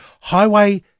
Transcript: Highway